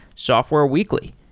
software weekly.